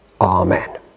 Amen